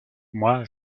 moi